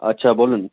আচ্ছা বলুন